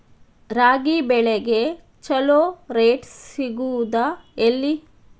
ರಾಗಿ ಬೆಳೆಗೆ ಛಲೋ ರೇಟ್ ಸಿಗುದ ಎಲ್ಲಿ?